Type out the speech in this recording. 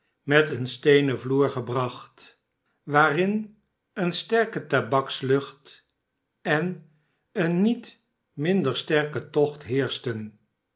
met eert steenen vloer gebracht waarin eene sterke tabakslucht en een niet minder sterke tocht heerschten